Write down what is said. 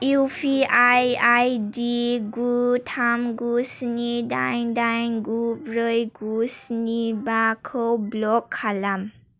U P I I D गु थाम गु स्नि दाइन दाइन गु ब्रै गु स्नि बा खौ ब्ल'क खालाम